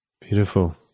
Beautiful